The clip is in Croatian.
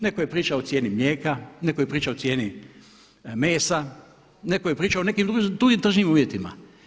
Netko je pričao o cijeni mlijeka, netko je pričao o cijeni mesa, netko je pričao o nekim drugim tržnim uvjetima.